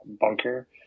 bunker